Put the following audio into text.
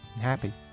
Happy